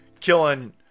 killing